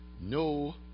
No